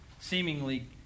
seemingly